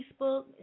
Facebook